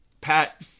pat